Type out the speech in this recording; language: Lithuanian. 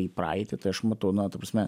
į praeitį tai aš matau no ta prasme